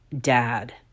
dad